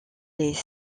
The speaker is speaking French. les